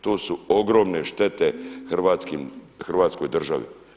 To su ogromne štete Hrvatskoj državi.